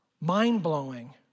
mind-blowing